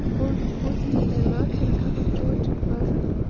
or of the poison that may lurk in a cup of joy too perfect?